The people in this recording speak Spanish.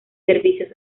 servicios